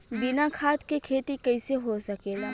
बिना खाद के खेती कइसे हो सकेला?